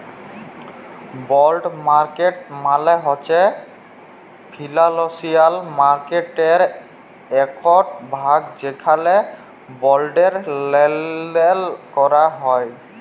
বল্ড market মালে হছে financial মার্কেটটর একট ভাগ যেখালে বল্ডের লেলদেল ক্যরা হ্যয়